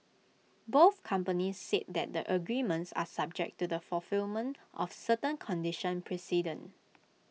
both companies said that the agreements are subject to the fulfilment of certain conditions precedent